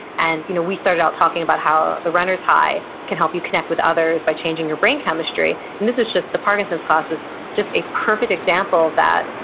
and you know we started out talking about how the runner's high can help you connect with others by changing your brain chemistry, and this is just, the parkinson's class was just a perfect example of that,